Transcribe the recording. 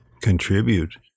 contribute